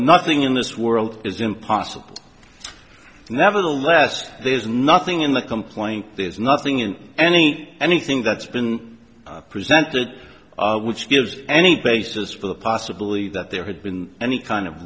nothing in this world is impossible never the last there's nothing in the complaint there's nothing in any anything that's been presented which gives any basis for the possibility that there had been any kind of